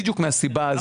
בדיוק מהסיבה הזו.